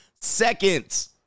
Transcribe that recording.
Seconds